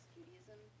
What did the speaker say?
Judaism